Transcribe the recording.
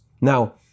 Now